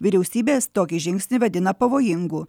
vyriausybės tokį žingsnį vadina pavojingu